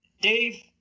Dave